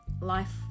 life